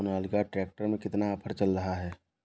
Sonalika tractor में कितना offer चल रहा है?